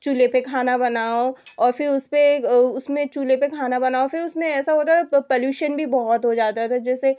चूल्हे पर खाना बनाओ और फिर उस पर उसमें चूल्हे पर खाना बनाओ फिर उसमें ऐसा होता प पलूशन बहुत हो जाता था जैसे